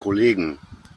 kollegen